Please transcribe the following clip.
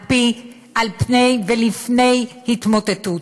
על פני ולפני התמוטטות.